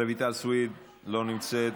רויטל סויד, לא נמצאת,